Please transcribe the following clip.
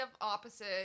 opposite